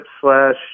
slash